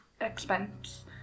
expense